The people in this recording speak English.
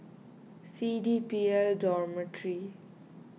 C D P L Dormitory